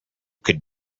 could